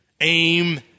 aim